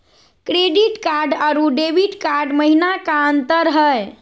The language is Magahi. क्रेडिट कार्ड अरू डेबिट कार्ड महिना का अंतर हई?